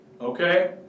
Okay